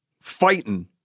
fighting